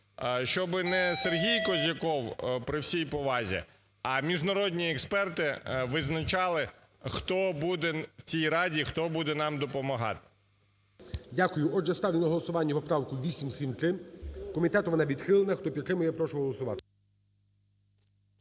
Щоби не Сергій Козяков, при всій повазі, а міжнародні експерти визначали, хто буде в цій раді, хто буде нам допомагати.